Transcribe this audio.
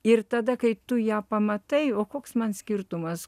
ir tada kai tu ją pamatai o koks man skirtumas